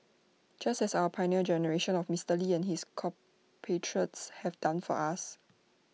just as our Pioneer Generation of Mister lee and his compatriots have done for us